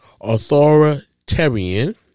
authoritarian